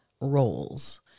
roles